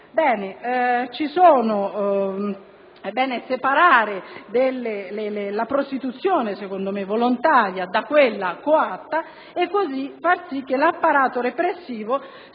me, è bene separare la prostituzione volontaria da quella coatta e far sì che l'apparato repressivo